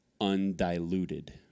undiluted